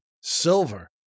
silver